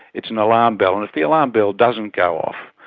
it's an alarm bell, and if the alarm bell doesn't go off,